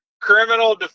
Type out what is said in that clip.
criminal